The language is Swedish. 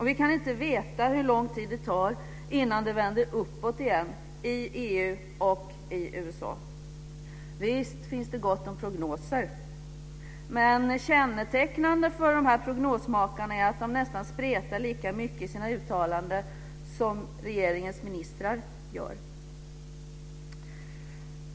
Vi kan inte veta hur lång tid det tar innan det vänder uppåt igen i EU och i USA. Visst finns det gott om prognoser, men kännetecknade för prognosmakarna är att de nästan spretar lika mycket i sina uttalanden som regeringens ministrar gör.